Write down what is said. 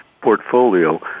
portfolio